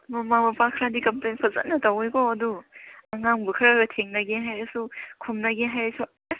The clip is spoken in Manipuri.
ꯃꯃꯥ ꯃꯄꯥ ꯈꯔꯗꯤ ꯀꯝꯄ꯭ꯂꯦꯟ ꯐꯖꯅ ꯇꯧꯋꯤꯀꯣ ꯑꯗꯨ ꯑꯉꯥꯡꯕꯨ ꯈꯔꯒ ꯊꯦꯡꯅꯒꯦ ꯍꯥꯏꯔꯁꯨ ꯈꯨꯝꯃꯒꯦ ꯍꯥꯏꯔꯁꯨ ꯑꯁ